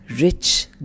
rich